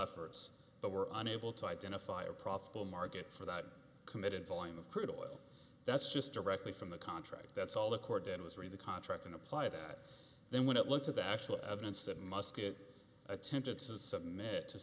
efforts but were unable to identify a profitable market for that committed volume of crude oil that's just directly from the contract that's all the court did was read the contract and apply that then when it looked at the actual evidence that must get attended says submit to